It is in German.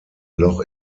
loch